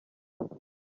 burayi